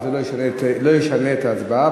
אבל זה לא ישנה את ההצבעה,